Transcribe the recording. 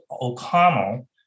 O'Connell